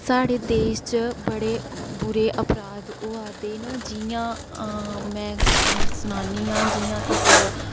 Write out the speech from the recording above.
साढ़े देश च बडे बुरे अपराध होआ दे न जि'यां में सनान्नी आं जि'यां इक